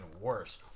worse